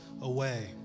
away